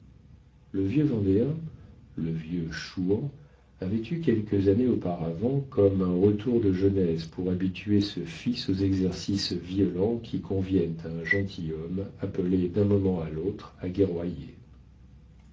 le vieux vendéen le vieux chouan avait eu quelques années auparavant comme un retour de jeunesse pour habituer ce fils aux exercices violents qui conviennent à un gentilhomme appelé d'un moment à l'autre à